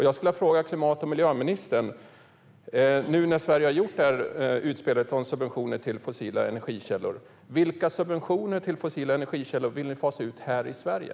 Jag skulle vilja fråga klimat och miljöministern: När nu Sverige har gjort det här utspelet om subventioner till fossila energikällor, vilka subventioner till fossila energikällor vill ni fasa ut här i Sverige?